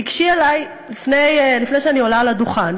תיגשי אלי לפני שאני עולה על הדוכן,